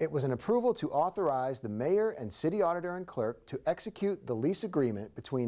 it was an approval to authorize the mayor and city auditor and clerk to execute the lease agreement between